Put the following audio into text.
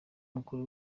mukuru